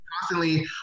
constantly